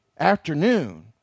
afternoon